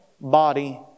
body